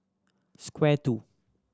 Square Two